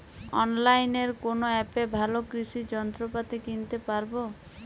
অনলাইনের কোন অ্যাপে ভালো কৃষির যন্ত্রপাতি কিনতে পারবো?